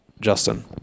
Justin